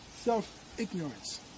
self-ignorance